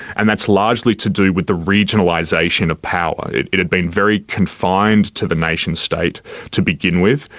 and that's largely to do with the regionalisation of power. it it had been very confined to the nation state to begin with,